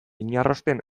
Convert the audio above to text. inarrosten